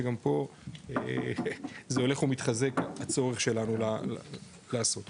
שגם פה זה הולך ומתחזק הצורך שלנו לעשות.